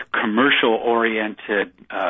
commercial-oriented